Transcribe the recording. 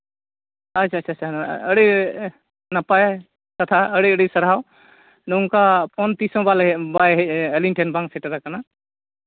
ᱟᱪᱪᱷᱟ ᱟᱪᱪᱷᱟ ᱟᱹᱰᱤ ᱱᱟᱯᱟᱭ ᱠᱟᱛᱷᱟ ᱟᱹᱰᱤ ᱟᱹᱰᱤ ᱥᱟᱨᱦᱟᱣ ᱱᱚᱝᱠᱟ ᱯᱷᱳᱱ ᱛᱤᱥᱦᱚᱸ ᱵᱟᱞᱮ ᱵᱟᱭ ᱦᱮᱡ ᱟᱹᱞᱤᱧ ᱴᱷᱮᱱ ᱵᱟᱝ ᱥᱮᱴᱮᱨ ᱠᱟᱱᱟ